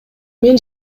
мен